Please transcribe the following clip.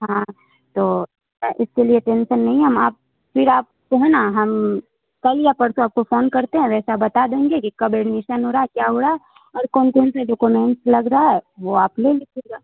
ہاں تو اس کے لیے ٹینشن نہیں ہے ہم آپ پھر آپ کو ہے نا ہم کل یا پرسوں آپ کو فون کرتے ہیں ویسا بتا دیں گے کہ کب ایڈمیشن ہو رہا ہے کیا ہو رہا ہے اور کون کون سا ڈاکومینٹس لگ رہا ہے وہ آپ لے لیجے گا